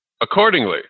accordingly